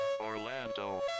Orlando